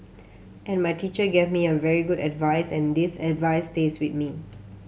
and my teacher gave me a very good advice and this advice stays with me